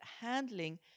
handling